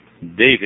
David